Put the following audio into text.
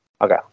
Okay